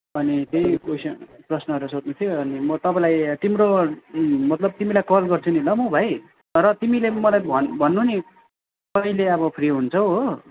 अनि त्यही कोइसन प्रश्नहरू सोध्नु थियो अनि म तपाईँलाई तिम्रो मतलब तिमीलाई कल गर्छु नि ल म भाइ तर तिमीले मलाई भन् भन्नु नि कहिले अब फ्री हुन्छौ हो